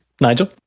Nigel